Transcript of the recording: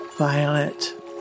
Violet